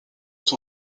ton